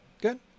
good